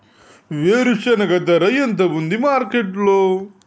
వేరుశెనగ ధర ఎంత ఉంది మార్కెట్ లో?